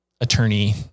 attorney